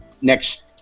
next